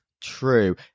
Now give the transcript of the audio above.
True